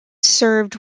served